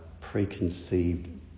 preconceived